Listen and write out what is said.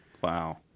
Wow